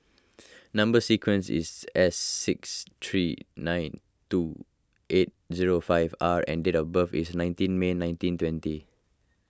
Number Sequence is S six three nine two eight zero five R and date of birth is nineteen May nineteen twenty